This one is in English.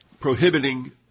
prohibiting